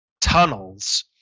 tunnels